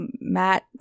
Matt